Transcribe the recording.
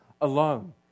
alone